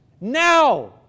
Now